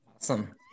Awesome